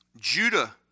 Judah